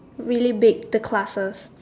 really big the classes